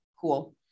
cool